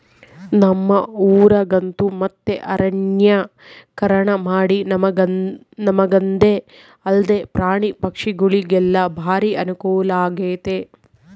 ನಮ್ಮ ಊರಗಂತೂ ಮತ್ತೆ ಅರಣ್ಯೀಕರಣಮಾಡಿ ನಮಗಂದೆ ಅಲ್ದೆ ಪ್ರಾಣಿ ಪಕ್ಷಿಗುಳಿಗೆಲ್ಲ ಬಾರಿ ಅನುಕೂಲಾಗೆತೆ